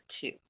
two